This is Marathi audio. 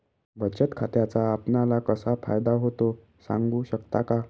बचत खात्याचा आपणाला कसा फायदा होतो? सांगू शकता का?